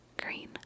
Green